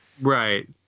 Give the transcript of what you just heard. Right